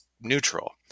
neutral